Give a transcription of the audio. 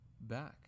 back